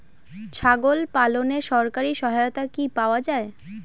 ছাগল পালনে সরকারি সহায়তা কি পাওয়া যায়?